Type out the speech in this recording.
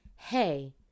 Hey